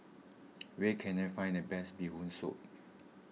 where can I find the best Bee Hoon Soup